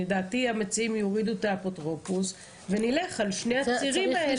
לדעתי המציעים יורידו את האפוטרופוס ונלך על שני הצירים האלה.